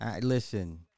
Listen